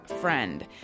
friend